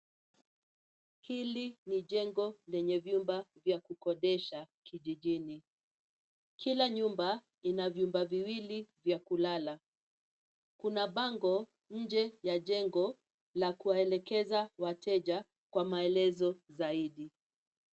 Hili ni jengo lenye vyumba vya kukodesha kijijini. Kila nyumba ina vyumba viwili vya kulala. Kuna bango nje ya jengo la kuwaelekeza wateja kwa maelezo zaidi.